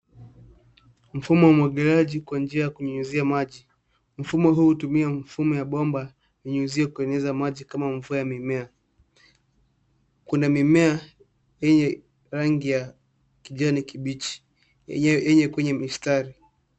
Mfumo wa umwagiliaji kwa njia ya kunyunyizia maji. Mfumo huu hutumia mfumo ya bomba, hunyunyuzia kueneza maji kama mvua ya mimea. Kuna mimea, yenye rangi ya kijani kibichi. Yenye kwenye mistari.